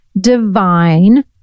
divine